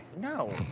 No